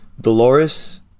Dolores